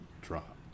drop